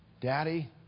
daddy